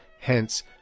hence